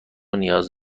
نیاز